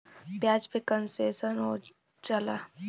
ब्याज पे कन्सेसन हो जाला